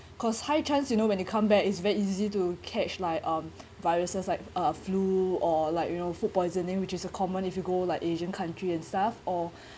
cause high chance you know when you come back it's very easy to catch like um viruses like uh flu or like you know food poisoning which is a common if you go like asian country and stuff or